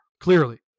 Clearly